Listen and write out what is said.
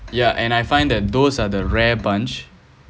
yeah and I find that those are the rare bunch